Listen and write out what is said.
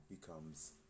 becomes